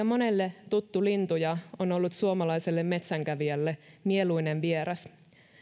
monelle tuttu lintu ja on ollut suomalaiselle metsänkävijälle mieluinen vieras